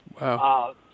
Wow